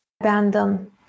abandon